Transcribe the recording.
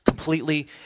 completely